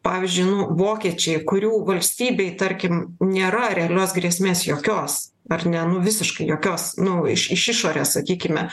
pavyzdžiui nu vokiečiai kurių valstybei tarkim nėra realios grėsmės jokios ar ne nu visiškai jokios nu iš iš išorės sakykime